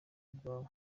bwawe